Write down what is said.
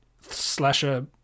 slasher